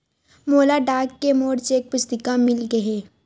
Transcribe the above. मोला डाक ले मोर चेक पुस्तिका मिल गे हे